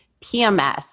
PMS